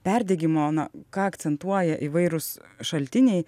perdegimo na ką akcentuoja įvairūs šaltiniai